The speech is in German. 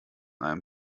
einem